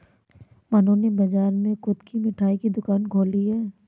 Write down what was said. मन्नू ने बाजार में खुद की मिठाई की दुकान खोली है